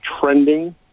trending